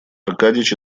аркадьич